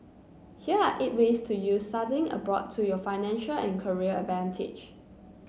here are eight ways to use studying abroad to your financial and career advantage